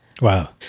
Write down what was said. Wow